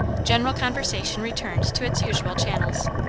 general conversation returned to its usual channels.